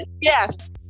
Yes